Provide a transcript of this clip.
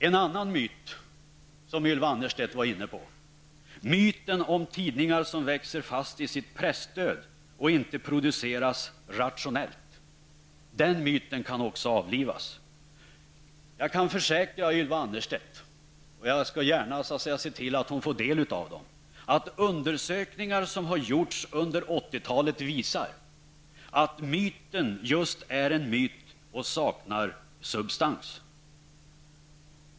En annan myt som Ylva Annerstedt var inne på är myten om tidningar som växer fast i sitt presstöd och inte produceras rationellt. Den myten kan också avlivas. Jag kan försäkra Ylva Annerstedt att de undersökningar som gjorts under 80-talet visar att myten just är en myt och saknar substans. Jag skall gärna se till att Ylva Annerstedt får ta del av dessa undersökningar.